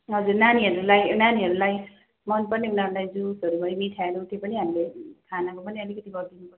हजुर नानीहरूलाई नानीहरूलाई मनपर्ने उनीहरूलाई दुधहरू भयो मिठाईहरू त्यो पनि हामीले खानाको पनि अलिकति गर्नुपर्छ